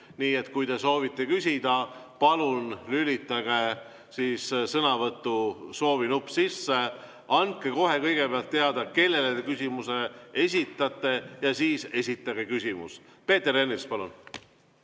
Nii et kui te soovite küsida, palun lülitage sõnavõtusoovi nupp sisse. Andke kõigepealt teada, kellele te küsimuse esitate, ja siis esitage küsimus. Peeter Ernits, palun!